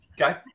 Okay